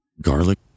garlic